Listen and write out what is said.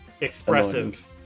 expressive